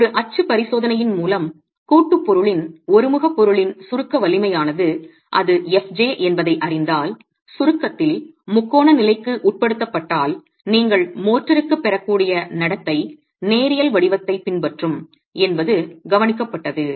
ஒரு அச்சுப் பரிசோதனையின் மூலம் கூட்டுப் பொருளின் ஒருமுகப் பொருளின் சுருக்க வலிமையானது அது fj என்பதை அறிந்தால் சுருக்கத்தில் முக்கோண நிலைக்கு உட்படுத்தப்பட்டால் நீங்கள் மோர்டருக்குப் பெறக்கூடிய நடத்தை நேரியல் வடிவத்தைப் பின்பற்றும் என்பது கவனிக்கப்பட்டது